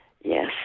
Yes